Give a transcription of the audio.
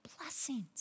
blessings